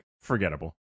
forgettable